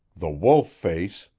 the wolf-face,